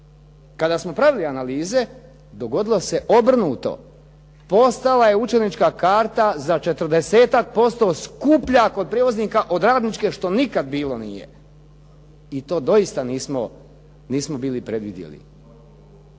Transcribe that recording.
kada smo pravili analize dogodilo se obrnuto. Postala je učenička karta za četrdesetak posto skuplja kod prijevoza od radničke što nikad bilo nije i to doista nismo bili predvidjeli.